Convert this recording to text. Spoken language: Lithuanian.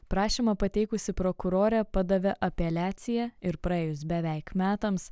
prašymą pateikusi prokurorė padavė apeliaciją ir praėjus beveik metams